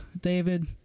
David